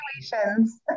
situations